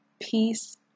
peace